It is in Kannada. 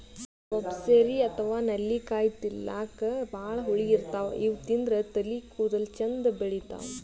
ಗೂಸ್ಬೆರ್ರಿ ಅಥವಾ ನೆಲ್ಲಿಕಾಯಿ ತಿಲ್ಲಕ್ ಭಾಳ್ ಹುಳಿ ಇರ್ತವ್ ಇವ್ ತಿಂದ್ರ್ ತಲಿ ಕೂದಲ ಚಂದ್ ಬೆಳಿತಾವ್